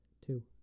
Two